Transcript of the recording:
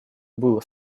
было